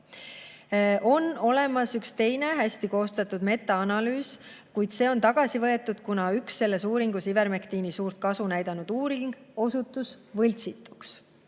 On olemas üks teine hästi koostatud metaanalüüs, kuid see on tagasi võetud, kuna üks selles uuringus ivermektiini suurt kasu näidanud uuring osutus võltsinguks.